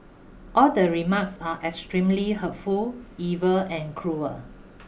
all the remarks are extremely hurtful evil and cruel